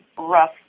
rough